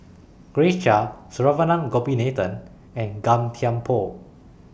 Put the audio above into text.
Grace Chia Saravanan Gopinathan and Gan Thiam Poh